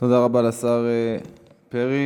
תודה רבה לשר פרי.